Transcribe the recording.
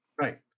Right